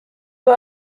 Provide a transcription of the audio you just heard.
her